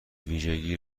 ویژگی